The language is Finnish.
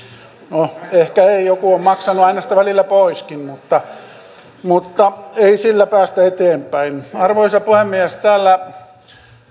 no ehkä ei joku on maksanut aina sitä välillä poiskin mutta mutta ei sillä päästä eteenpäin arvoisa puhemies täällä